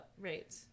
right